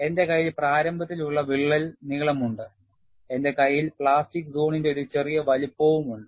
എന്റെ കയ്യിൽ പ്രാരംഭത്തിൽ ഉള്ള വിള്ളൽ നീളം ഉണ്ട് എന്റെ കയ്യിൽ പ്ലാസ്റ്റിക് സോണിന്റെ ഒരു ചെറിയ വലുപ്പം ഉണ്ട്